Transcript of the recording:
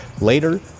Later